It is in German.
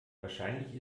wahrscheinlich